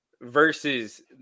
versus